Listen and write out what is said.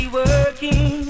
working